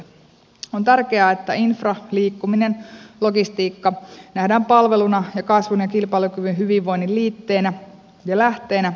on tärkeää että infra liikkuminen logistiikka nähdään palveluna ja kasvun kilpailukyvyn ja hyvinvoinnin liitteenä ja lähteenä